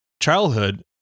childhood